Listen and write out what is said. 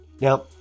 Now